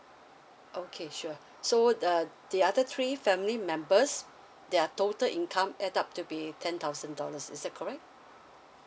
okay sure so uh the other three family members they're total income add up to be ten thousand dollars is that correct